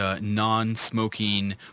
non-smoking